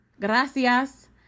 Gracias